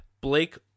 Blake